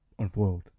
unfoiled